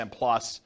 plus